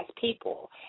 people